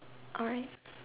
alright